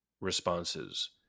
responses